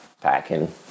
packing